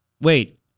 Wait